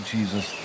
Jesus